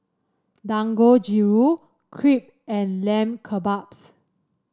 Dangojiru Crepe and Lamb Kebabs